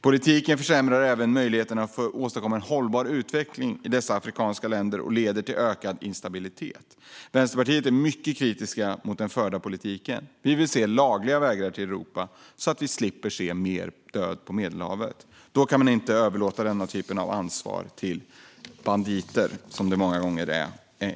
Politiken försämrar även möjligheterna att åstadkomma en hållbar utveckling i dessa afrikanska länder och leder till ökad instabilitet. Vänsterpartiet är mycket kritiskt till den förda politiken och vill se lagliga vägar till Europa så att vi slipper se mer död på Medelhavet. Då kan detta ansvar inte överlåtas till banditer, som det många gånger är,